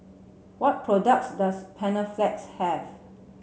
what products does Panaflex have